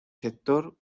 sector